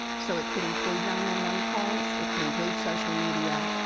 so it could include nine one one calls, it could include social media,